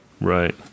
Right